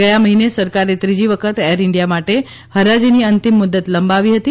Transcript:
ગયા મહિને સરકારે ત્રીજી વખત એર ઈન્ડિયા માટે હરાજીની અંતિમ મુદત લંબાવી હતી